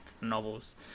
novels